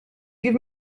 give